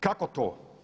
Kako to?